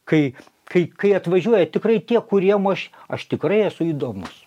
kai kai kai atvažiuoja tikrai tie kuriem aš aš tikrai esu įdomus